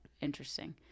interesting